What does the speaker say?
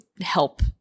help